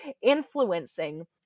influencing